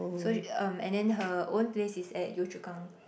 so sh~ um and then her own place is at Yio-Chu-Kang